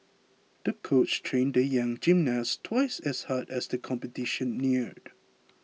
the coach trained the young gymnast twice as hard as the competition neared